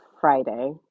Friday